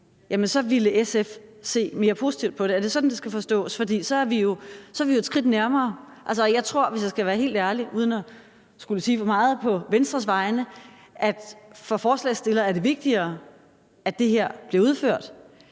så ville SF se mere positivt på det. Er det sådan, det skal forstås? Så er vi jo et skridt nærmere. Jeg tror, hvis jeg skal være helt ærlig – uden at skulle sige for meget på Venstres vegne – at det for forslagsstillerne er vigtigere, at det her bliver udført,